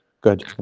Good